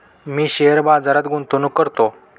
मी share बाजारात गुंतवणूक करतो